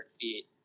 feet